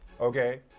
Okay